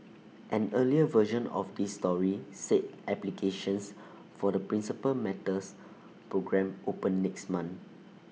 an earlier version of this story said applications for the Principal Matters programme open next month